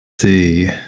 see